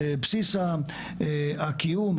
בסיס הקיום,